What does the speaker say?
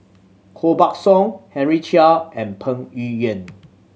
Koh Buck Song Henry Chia and Peng Yuyun